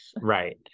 Right